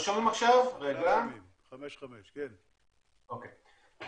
אז ככה,